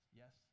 yes